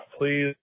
please